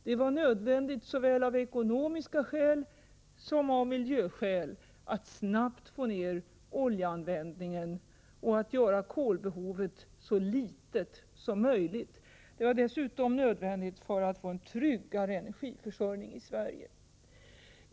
Det var nödvändigt såväl av ekonomiska skäl som av miljöskäl att snabbt minska oljeanvändningen och att göra kolbehovet så litet som möjligt. Att ersätta behovet av olja och kol var dessutom nödvändigt för att få en tryggare energiförsörjning i Sverige.